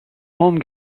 home